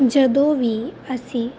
ਜਦੋਂ ਵੀ ਅਸੀਂ